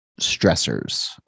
stressors